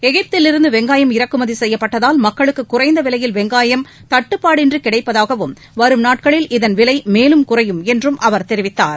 எகிப்திலிருந்து வெங்காயம் இறக்குமதி செய்யப்பட்டதால் மக்களுக்கு குறைந்த விலையில் வெங்காயம் தட்டுப்பாடின்றி கிடைப்பதாகவும் வரும் நாட்களில் இதன் விலை மேலும் குறையும் என்றும் அவர் தெரிவித்தார்